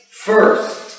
First